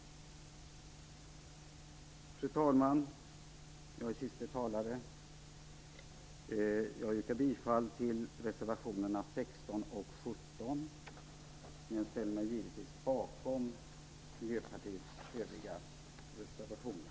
Fru talman! Jag är siste talare. Jag yrkar bifall till reservationerna 16 och 17, men jag ställer mig givetvis bakom Miljöpartiets övriga reservationer.